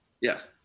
Yes